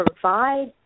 provide